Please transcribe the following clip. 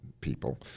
people